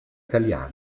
italiano